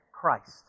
Christ